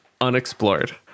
unexplored